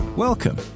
Welcome